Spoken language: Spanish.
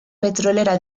petrolera